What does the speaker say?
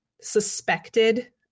suspected